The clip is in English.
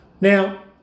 Now